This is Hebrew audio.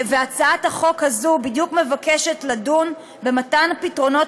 והצעת החוק הזאת בדיוק מבקשת לדון במתן פתרונות